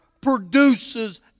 produces